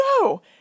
No